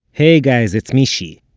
hey guys, it's mishy.